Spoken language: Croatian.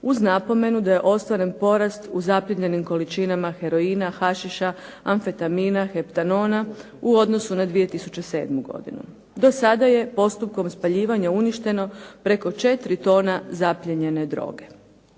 uz napomenu da je ostvaren porast u zaplijenjenim količinama heroina, hašiša, amfetamina, heptanona u odnosu na 2007. godinu. Do sada je postupkom spaljivanja uništeno preko 4 tone zaplijenjene droge.